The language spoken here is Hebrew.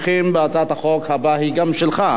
היושב-ראש, 8. הצעת חוק שכר שווה